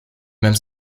même